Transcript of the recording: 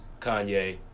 Kanye